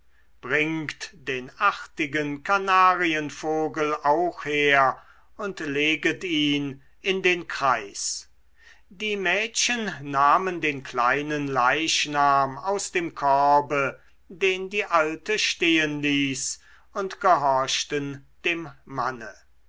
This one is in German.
bringt den artigen kanarienvogel auch her und leget ihn in den kreis die mädchen nahmen den kleinen leichnam aus dem korbe den die alte stehenließ und gehorchten dem manne